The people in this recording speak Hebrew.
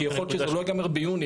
כי יכול להיות שזה לא יגמר ביוני,